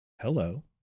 Hello